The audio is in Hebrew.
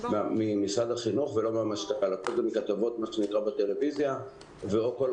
בחינוך המיוחד, מבלי להפעיל את מערך